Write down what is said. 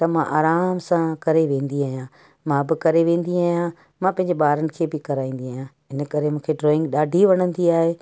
त मां आराम सां करे वेंदी आहियां मां बि करे वेंदी आहियां मां पंहिंजे ॿारनि खे बि कराईंदी आहियां इन करे मूंखे ड्रॉईंग ॾाढी वणंदी आहे